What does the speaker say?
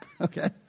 Okay